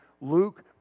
Luke